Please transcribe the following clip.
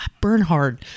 bernhard